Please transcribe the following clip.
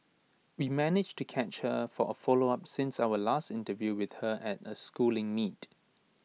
we managed to catch her for A follow up since our last interview with her at A schooling meet